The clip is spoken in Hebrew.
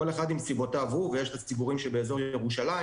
כל אחד עם סיבותיו הוא ויש את הציבוריים שבאזור ירושלים.